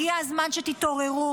הגיע הזמן שתתעוררו,